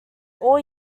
all